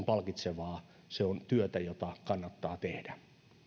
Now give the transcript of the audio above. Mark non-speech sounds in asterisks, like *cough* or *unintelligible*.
*unintelligible* palkitsevaa se on työtä jota kannattaa tehdä